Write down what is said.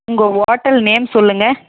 உங்கள் hotel name சொல்லுங்கள்